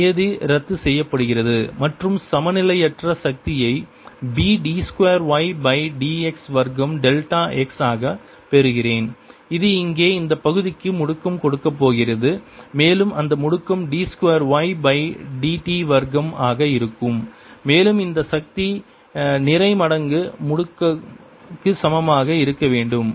இந்த நியதி ரத்துசெய்யப்படுகிறது மற்றும் சமநிலையற்ற சக்தியை B d 2 y by dx வர்க்கம் டெல்டா x ஆக பெறுகிறேன் இது இங்கே இந்த பகுதிக்கு முடுக்கம் கொடுக்கப் போகிறது மேலும் அந்த முடுக்கம் d 2 y பை dt வர்க்கம் ஆக இருக்கும் மேலும் இந்த சக்தி நிறை மடங்கு முடுக்கம் க்கு சமமாக இருக்க வேண்டும்